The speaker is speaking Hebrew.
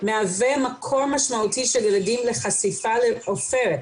מהווה מקור משמעותי של ילדים לחשיפה לעופרת.